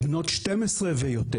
בנות 12 ויותר,